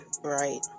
Right